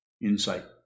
insight